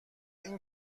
این